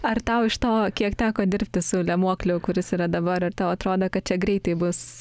ar tau iš to kiek teko dirbti su lemuokliu kuris yra dabar ar tau atrodo kad čia greitai bus